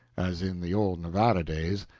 as in the old nevada days,